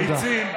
ביצים.